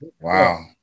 Wow